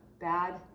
bad